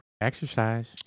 Exercise